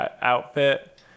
outfit